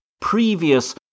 previous